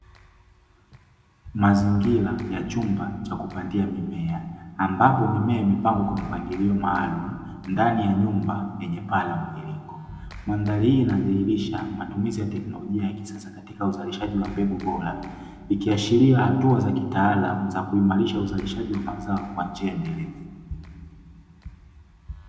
Mazingira ya chumba cha kupandia mimea ambapo mimea imepangwa kwa mpangilio maalumu ndani ya nyumba lenya paa ya mviringo. Mandhari hii inadhilisha matumizi ya teknolojia ya kisasa katika uzalishaji wa mbegu bora, ikiashiria hatua za kitaalam za kuimarisha uzalishaji wa mazao kwa njia endelevu.